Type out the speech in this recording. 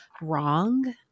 wrong